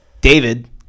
David